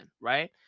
right